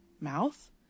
mouth